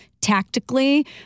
tactically